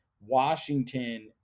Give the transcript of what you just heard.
Washington